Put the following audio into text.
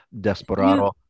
Desperado